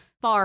far